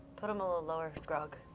put him a little lower, grog.